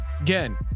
Again